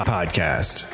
Podcast